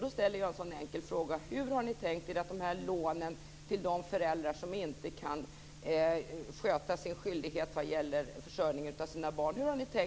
Då ställde jag en sådan enkel fråga: Hur har ni tänkt er att lånen skall se ut till de föräldrar som inte kan sköta sin skyldighet vad gäller försörjningen av sina barn?